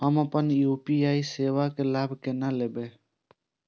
हम अपन यू.पी.आई सेवा के लाभ केना लैब?